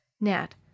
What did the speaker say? Nat